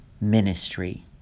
ministry